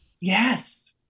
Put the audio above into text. Yes